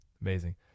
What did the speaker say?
amazing